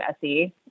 SE